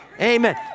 Amen